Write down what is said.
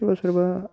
सोरबा सोरबा